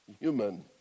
human